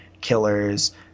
killers